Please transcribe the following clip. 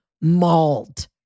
mauled